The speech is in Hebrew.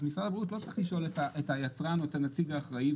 אז משרד הבריאות לא צריך לשאול את היצרן או את הנציג האחראי.